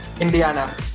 Indiana